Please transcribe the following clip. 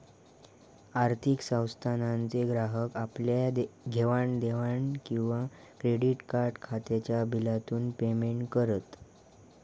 आर्थिक संस्थानांचे ग्राहक आपल्या घेवाण देवाण किंवा क्रेडीट कार्ड खात्याच्या बिलातून पेमेंट करत